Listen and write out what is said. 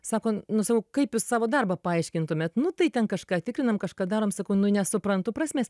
sako nu sakau kaip jūs savo darbą paaiškintumėt nu tai ten kažką tikrinam kažką darom sakau nu nesuprantu prasmės